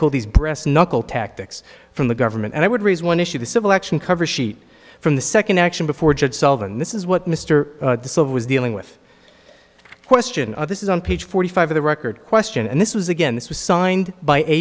call these breast knuckle tactics from the government and i would raise one issue the civil action cover sheet from the second action before judge solving this is what mr silver was dealing with a question of this is on page forty five of the record question and this was again this was signed by a